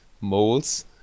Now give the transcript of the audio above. moles